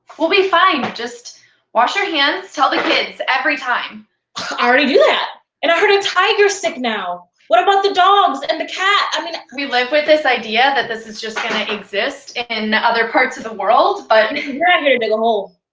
we'll be fine, just wash your hands. tell the kids, every time. i already do that and i heard a tiger's sick now. what about the dogs and the cat, i mean we live with this idea that this is just gonna exist in other parts of the world, but you're not here to dig a hole.